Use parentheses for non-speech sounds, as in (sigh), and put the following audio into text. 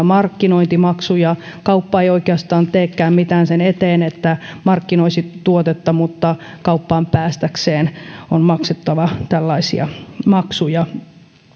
(unintelligible) markkinointimaksuja kauppa ei oikeastaan teekään mitään sen eteen että markkinoisi tuotetta mutta kauppaan päästäkseen on maksettava tällaisia maksuja